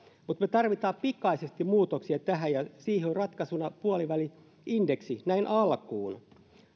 mutta me tarvitsemme pikaisesti muutoksia tähän ja siihen on ratkaisuna puoliväli indeksi näin alkuun